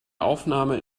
aufnahme